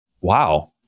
wow